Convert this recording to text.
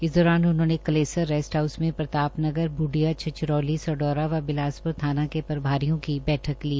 इस दौरान उनहोंने कलेसर रेस्ट हाउस में प्रतातनगर बूडिया छछरौली सढौरा व बिलासप्र थानों के प्रभारियों की बैठक ली